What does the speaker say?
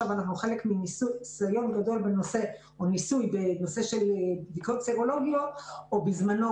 אנחנו עכשיו חלק מניסוי בנושא של בדיקות סרולוגיות או בזמנו,